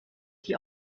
die